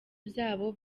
byabo